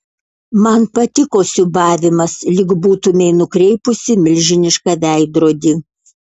man patiko siūbavimas lyg būtumei nukreipusi milžinišką veidrodį